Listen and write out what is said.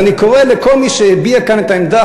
אז אני קורא לכל מי שהביע כאן את העמדה